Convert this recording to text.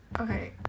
Okay